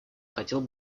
хотел